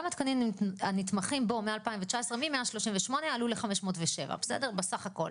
גם התקנים הנתמכים מ-2019 מ-138 עלו ל-507 בסך הכל.